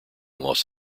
los